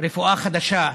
רפואה חדשה.